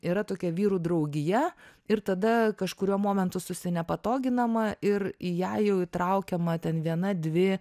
yra tokia vyrų draugija ir tada kažkuriuo momentu susinepatoginama ir į ją jau įtraukiama ten viena dvi